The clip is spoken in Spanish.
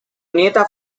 nieta